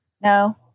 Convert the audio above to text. No